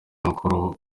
makuru